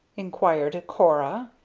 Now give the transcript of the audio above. inquired cora.